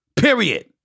Period